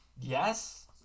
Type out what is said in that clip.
yes